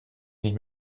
nicht